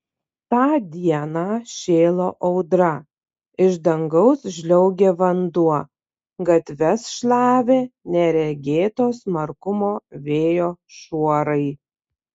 tą dieną šėlo audra iš dangaus žliaugė vanduo gatves šlavė neregėto smarkumo vėjo šuorai